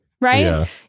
Right